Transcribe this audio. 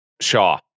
Shaw